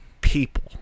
people